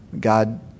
God